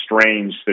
strange